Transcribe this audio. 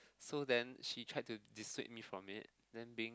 so then she tried to dissuade me from it then being